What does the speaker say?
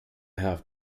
have